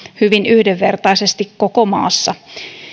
yhdenvertaisesti koko maassa